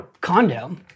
condo